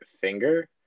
finger